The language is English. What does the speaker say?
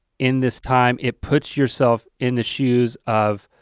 in this time, it puts yourself in the shoes of